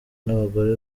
n’abagore